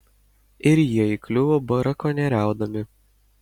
ir jie įkliuvo brakonieriaudami